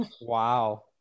wow